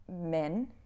men